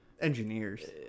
Engineers